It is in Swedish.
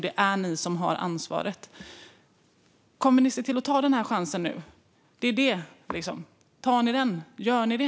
Det är ni som har ansvaret. Kommer ni att ta chansen nu? Det är vad jag undrar. Tar ni den? Gör ni det?